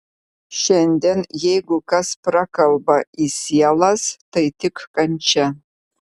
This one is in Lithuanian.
šiandien jeigu kas prakalba į sielas tai tik kančia